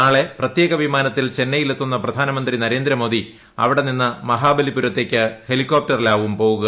നാളെ പ്രത്യേക വിമാനത്തിൽ ചെന്നൈയിലെത്തുന്ന പ്രധാനമന്ത്രി നരേന്ദ്ര മോദി അവിടെ നിന്ന് മഹാബലിപുരത്തേക്ക് ഹെലികോപ്ടറിലാവും പോവുക